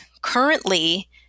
currently